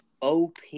OP